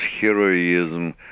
heroism